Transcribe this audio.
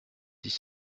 dix